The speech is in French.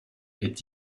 est